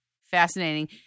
Fascinating